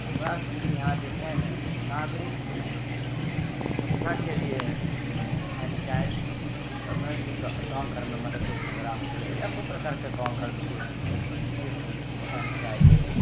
हमरासुनी के यहाँ जे छै ने नागरिक सुरक्षा के लिए पंचायत छै मतलब की गाँव घर मे मतलब कोइ झगड़ा हो गेलै या कोइ प्रकार के गाँव घर मे कोइ विषम परिस्थिति हो गेलै पंचायत छै